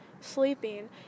sleeping